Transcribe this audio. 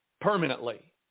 permanently